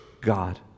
God